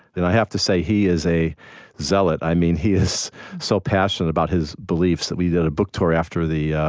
and i have to say he is a zealot. i mean, he is so passionate about his beliefs that we did a book tour after the